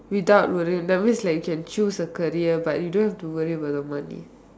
without worrying that means like you can choose a career but you don't have to worry about the money